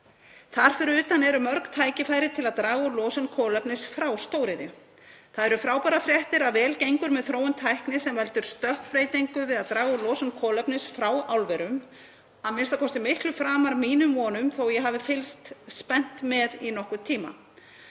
Þar fyrir utan eru mörg tækifæri til að draga úr losun kolefnis frá stóriðju. Það eru frábærar fréttir að vel gangi með þróun tækni sem veldur stökkbreytingu við að draga úr losun kolefnis frá álverum, það er a.m.k. miklu framar mínum vonum þó að ég hafi fylgst spennt með í nokkurn tíma.